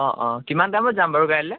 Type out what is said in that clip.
অঁ কিমান টাইমত যাম বাৰু কাইলৈ